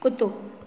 कुत्तो